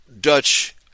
Dutch